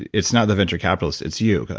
it's not the venture capitalist, it's you.